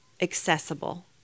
accessible